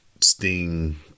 Sting